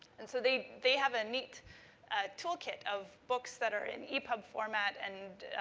and so, they they have a neat a toolkit of books that are in epub format and,